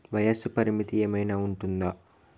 వయస్సు పరిమితి ఏమైనా ఉంటుందా?